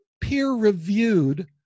peer-reviewed